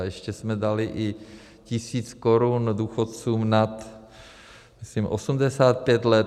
A ještě jsme dali i tisíc korun důchodcům nad, myslím, 85 let.